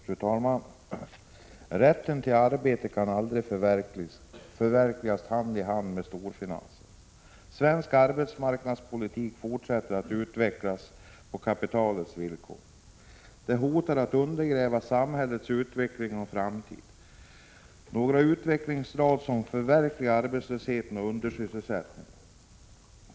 Fru talman! Rätten till arbete kan aldrig förverkligas hand i hand med storfinansen. Svensk arbetsmarknadspolitik fortsätter att utvecklas på kapitalets villkor. Det hotar att undergräva samhällets utveckling och framtid. Jag vill här nämna några utvecklingsdrag som förstärker arbetslöshet och undersysselsättning.